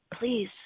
Please